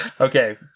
Okay